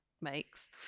makes